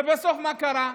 ובסוף מה קרה?